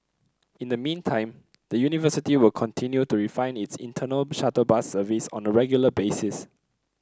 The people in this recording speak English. in the meantime the university will continue to refine its internal shuttle bus service on a regular basis